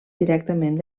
directament